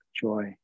joy